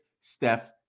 Steph